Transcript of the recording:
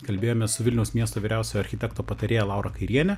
kalbėjomės su vilniaus miesto vyriausiojo architekto patarėja laura kairiene